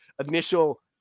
initial